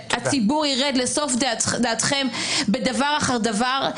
שכאשר הציבור ירד לסוף דעתכם בדבר אחר דבר,